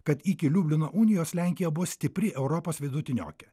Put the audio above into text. kad iki liublino unijos lenkija buvo stipri europos vidutiniokė